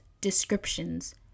descriptions